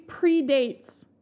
predates